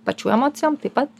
pačių emocijom taip pat